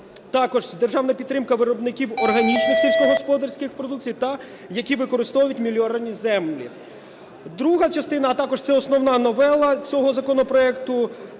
Також державна підтримка виробників органічної сільськогосподарської продукції, та які використовують меліоровані землі. Друга частина, а також це основна новела цього законопроекту,